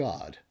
God